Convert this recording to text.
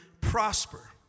prosper